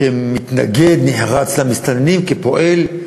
כמתנגד נחרץ למסתננים, כפועל,